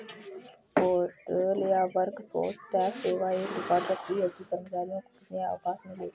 payroll या workforce tax सेवा यह रिकॉर्ड रखती है कि कर्मचारियों को कितने अवकाश मिले